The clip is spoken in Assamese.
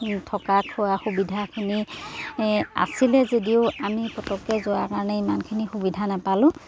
থকা খোৱা সুবিধাখিনি আছিলে যদিও আমি পটককৈ যোৱাৰ কাৰণে ইমানখিনি সুবিধা নাপালোঁ